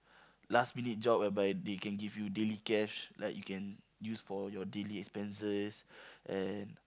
last minute job whereby they can give you daily cash like you can use for your daily expenses and